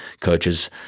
coaches